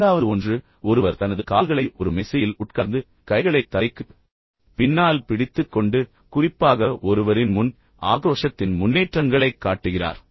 ஐந்தாவது ஒன்று ஒருவர் தனது கால்களை ஒரு மேசையில் உட்கார்ந்து கைகளைத் தலைக்குப் பின்னால் பிடித்துக் கொண்டு குறிப்பாக ஒருவரின் முன் ஆக்ரோஷத்தின் முன்னேற்றங்களைக் காட்டுகிறார்